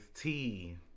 tea